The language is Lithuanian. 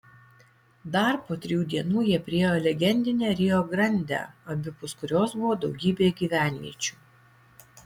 dar po trijų dienų jie priėjo legendinę rio grandę abipus kurios buvo daugybė gyvenviečių